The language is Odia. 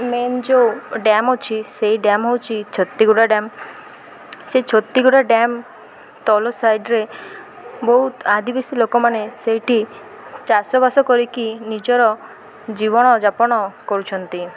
ମେନ୍ ଯେଉଁ ଡ଼୍ୟାମ୍ ଅଛି ସେଇ ଡ଼୍ୟାମ୍ ହେଉଛି ଛତିଗୁଡ଼ା ଡ଼୍ୟାମ୍ ସେଇ ଛତିଗୁଡ଼ା ଡ଼୍ୟାମ୍ ତଲ ସାଇଡ଼୍ରେେ ବହୁତ ଆଦିବାସୀ ଲୋକମାନେ ସେଇଠି ଚାଷବାସ କରିକି ନିଜର ଜୀବନଯାପନ କରୁଛନ୍ତି